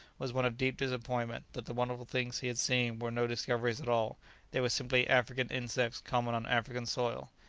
was one of deep disappointment that the wonderful things he had seen were no discoveries at all they were simply african insects common on african soil.